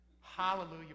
Hallelujah